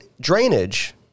drainage